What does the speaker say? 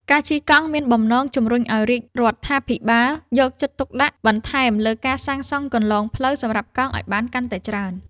ការជិះកង់មានបំណងជម្រុញឱ្យរាជរដ្ឋាភិបាលយកចិត្តទុកដាក់បន្ថែមលើការសាងសង់គន្លងផ្លូវសម្រាប់កង់ឱ្យបានកាន់តែច្រើន។